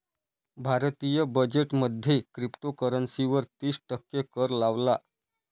भारतीय बजेट मध्ये क्रिप्टोकरंसी वर तिस टक्के कर लावला